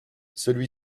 celui